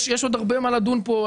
היושב-ראש, יש עוד הרבה מה לדון פה.